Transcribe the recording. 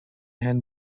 hand